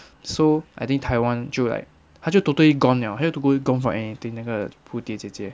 so I think 台湾就 like 她就 totally gone liao here to go gone for anything 那个蝴蝶姐姐